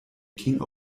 king